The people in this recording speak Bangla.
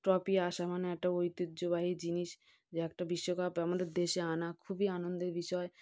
ট্রফি আসা মানে একটা ঐতিহ্যবাহী জিনিস যে একটা বিশ্বকাপ আমাদের দেশে আনা খুবই আনন্দের বিষয়